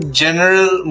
general